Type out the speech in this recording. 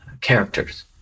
characters